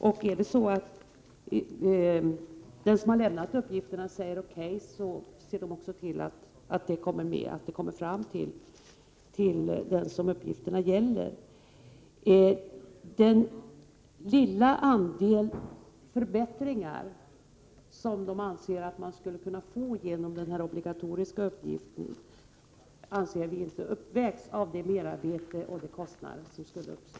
Om den som har lämnat uppgifterna säger O.K., ser man också till att beskedet kommer fram till den som uppgifterna gäller. Den lilla andel förbättringar man skulle kunna få genom den obligatoriska uppgiften anser vi inte uppvägs av det merarbete och de kostnader som skulle uppstå.